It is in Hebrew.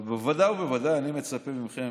אבל בוודאי ובוודאי אני מצפה מכם